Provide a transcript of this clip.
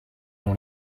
dont